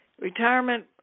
retirement